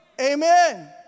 Amen